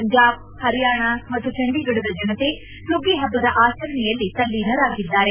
ಪಂಜಾಬ್ ಹರಿಯಾಣ ಮತ್ತು ಚಂಡೀಗಢದ ಜನತೆ ಸುಗ್ಗಿ ಹಬ್ಬದ ಆಚರಣೆಯಲ್ಲಿ ತಲ್ಲೀನರಾಗಿದ್ದಾರೆ